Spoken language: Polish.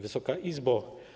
Wysoka Izbo!